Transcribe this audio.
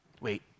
Wait